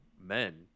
men